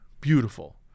Beautiful